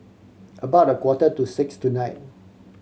about a quarter to six tonight